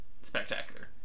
spectacular